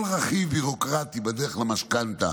כל רכיב ביורוקרטי בדרך למשכנתה